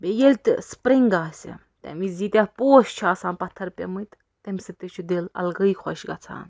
بیٚیہِ ییٚلہِ تہِ سِپرِنٛگ آسہِ تٔمۍ وِزِ ییٖتیاہ پوش چھِ آسان پتھر پیٚمٕتۍ تٔمۍ سۭتۍ تہِ چھِ دِل الگٕے خۄش گژھان